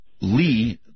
Lee